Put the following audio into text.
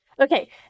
Okay